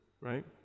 right